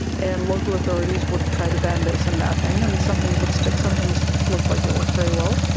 and local authorities would try to ban this and that thing, and some things would stick, some things looked like they worked very well,